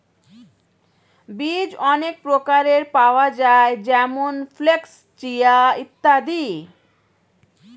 বীজ অনেক প্রকারের পাওয়া যায় যেমন ফ্ল্যাক্স, চিয়া ইত্যাদি